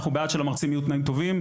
אנחנו בעד שלמרצים יהיו תנאים טובים,